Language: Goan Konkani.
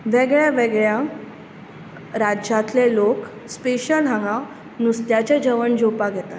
वेगळ्या वेगळ्या राज्यांतले लोक स्पेशल हांगां नुस्त्यांचे जेवण जेवपाक येतात